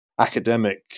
academic